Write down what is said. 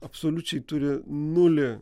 absoliučiai turi nulį